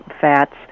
fats